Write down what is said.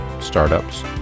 startups